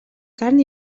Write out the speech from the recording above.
carn